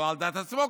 לא על דעת עצמו,